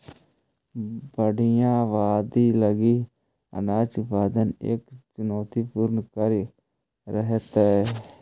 बढ़ित आबादी लगी अनाज उत्पादन एक चुनौतीपूर्ण कार्य रहेतइ